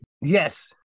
Yes